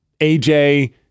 AJ